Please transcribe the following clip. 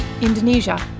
Indonesia